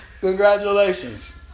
Congratulations